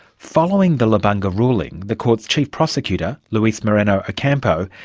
following the lubanga ruling, the court's chief prosecutor, luis moreno ocampo,